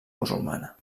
musulmana